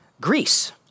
Greece